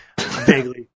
Vaguely